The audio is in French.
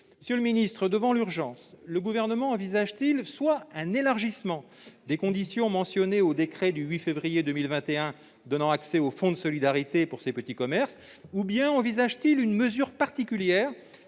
Monsieur le ministre, devant l'urgence, le Gouvernement envisage-t-il un élargissement des conditions mentionnées au décret du 8 février 2021 donnant accès au fonds de solidarité pour ces petits commerces ? Envisage-t-il, au contraire, une mesure particulière